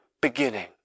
beginning